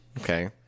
Okay